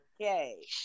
okay